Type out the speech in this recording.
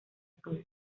sol